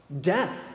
death